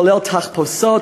כולל תחפושות,